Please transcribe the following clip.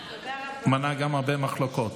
מנעה גם הרבה מחלוקות.